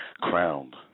crowned